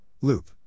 Loop